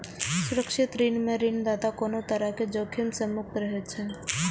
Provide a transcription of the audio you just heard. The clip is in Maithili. सुरक्षित ऋण मे ऋणदाता कोनो तरहक जोखिम सं मुक्त रहै छै